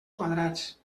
quadrats